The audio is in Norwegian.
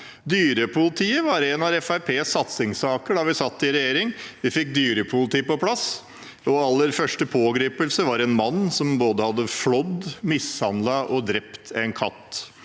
Dyrepolitiet var en av Fremskrittspartiets satsingssaker da vi satt i regjering. Vi fikk dyrepoliti på plass, og aller første pågripelse var av en mann som hadde både flådd, mishandlet og drept en katt.